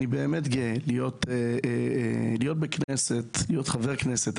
אני באמת גאה להיות בכנסת, להיות חבר כנסת.